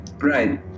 Right